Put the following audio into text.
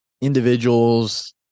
individuals